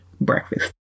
breakfast